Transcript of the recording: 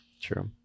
true